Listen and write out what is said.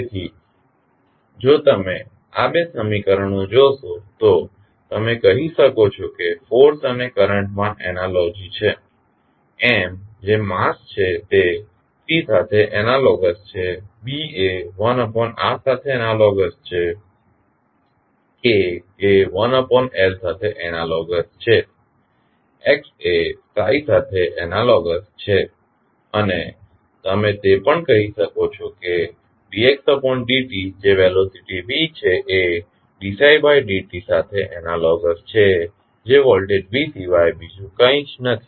તેથી જો તમે આ બે સમીકરણો જોશો તો તમે કહી શકો છો કે ફોર્સ અને કરંટ માં એનાલોજી છે M જે માસ છે તે C સાથે એનાલોગસ છે B એ સાથે એનાલોગસ છે એ સાથે એનાલોગસ છે x એ સાથે એનાલોગસ છે અને તમે તે પણ કહી શકો છો કે જે વેલોસીટી v છે એ સાથે એનાલોગસ છે જે વોલ્ટેજ V સિવાય બીજું કંઈ નથી